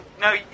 no